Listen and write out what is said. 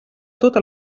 tota